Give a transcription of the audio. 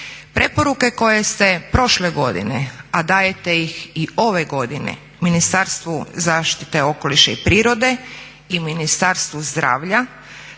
Preporuke koje ste prošle godine, a dajete ih i ove godine Ministarstvu zaštite okoliša i prirode i Ministarstvu zdravlja